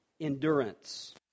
Endurance